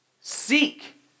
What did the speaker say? Seek